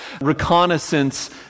reconnaissance